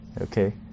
Okay